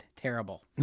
terrible